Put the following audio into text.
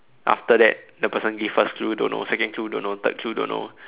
after that the person give first clue don't know second clue don't know third clue don't know